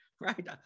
Right